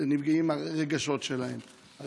שהרגשות שלהם נפגעים,